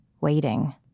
waiting